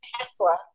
Tesla